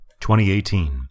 2018